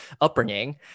upbringing